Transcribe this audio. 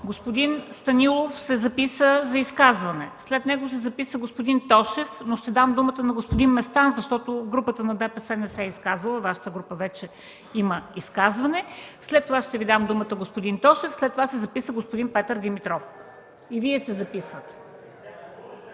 господин Станилов се записа за изказване. След него се записа господин Тошев, но ще дам думата на господин Местан, защото групата на ДПС не се изказала, Вашата група вече има изказване. След това ще Ви дам думата, господин Тошев. След това се записа господин Петър Димитров, господин